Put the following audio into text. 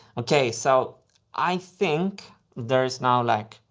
okay, so i think there is now, like,